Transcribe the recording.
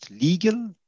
legal